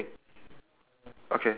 desc~ describe the colour too